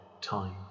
time